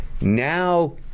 now